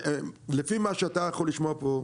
לפי מה שאתה יכול לשמוע פה,